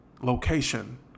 location